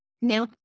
Now